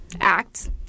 act